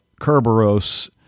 kerberos